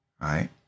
right